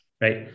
right